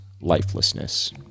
lifelessness